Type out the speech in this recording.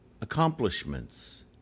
accomplishments